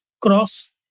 cross